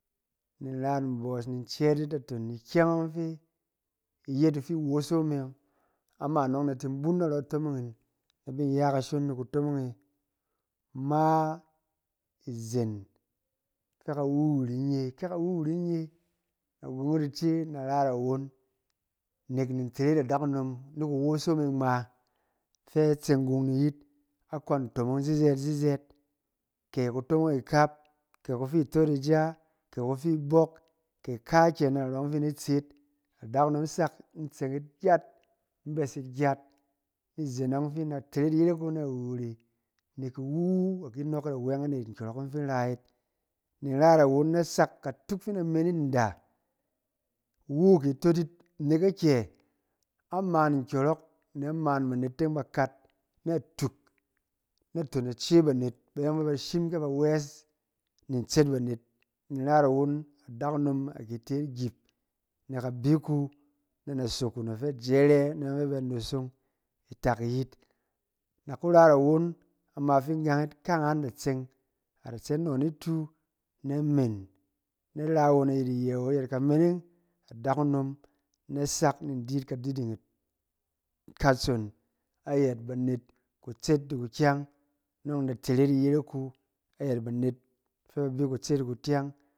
Ni ra yit mbɔɔs, ni cɛɛt yit naton ikyɛng fɛ a yet a fi iwoso me yɔng. Ama nɔng na tin bung narɔ kutomong in, na bin ya kashon ni kutomong e, ma izen fɛ kawuwuri nye, ke kawuwuri nye, na wot ice na ra yit awon, nɛk ntere yet adakunom ni kuwoso me ngma fɛ a tseng bung ni yit, na kon ntomong zizɛɛt zizɛɛt. Kɛ kutomong ikap, kɛ kufi itot ija, kɛ kufi ibɔk, kɛ kaakƴɛ narɔ yɔng fin in di tseet yit, adakunom sak in tseng yit gyat ni bɛs yit gyat. Ni zen yɔng fin na tere yit iyɛrɛk wu nawuwuri, nɛk iwu wu a ki nɔɔk yit awɛng ayɛt nkyɔrɔng ɔng fin in ra yit. Ni in ra yit awon na sak katut fi in da men yit nda-, iwu ki tot yit, nɛk anɛ? Aman nkyɔrɔk nɛ aman banet teng ba kat na tuk naton ice banet bayɔng fɛ ba shim ba wɛs, ni ntset banet, ni in ra yit awon adakunom ki te yit gbip na kabik wu, na nasok wu na fɛ jɛrɛ na yɔng fɛ a nosong itak iyit, na ku ra yit awon. Ama fin in gang yit, kaangan da tseng, a da tse nɔ niti na men, na di ra awon ayɛt iyɛ wu ayɛt kameneng, adakunom da sak ni in di yit kadiding- katsong ayɛt banet kutset ni kukyang, nɔng na tere yit iyere wu, ayɛt banet fɛ ba bi kutset ni kukyang.